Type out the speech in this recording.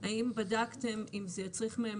האם בדקתם אם זה יצריך מהם